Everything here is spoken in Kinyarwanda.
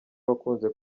wakunze